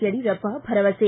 ಯಡಿಯೂರಪ್ಪ ಭರವಸೆ